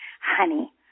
honey